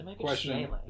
Question